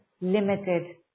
limited